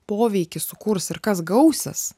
poveikį sukurs ir kas gausis